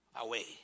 away